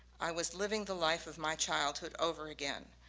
i was living the life of my childhood over again.